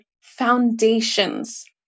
foundations